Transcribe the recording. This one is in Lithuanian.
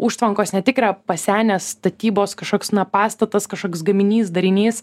užtvankos ne tik yra pasenęs statybos kažkoks na pastatas kažkoks gaminys darinys